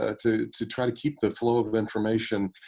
ah to to try to keep the flow of information,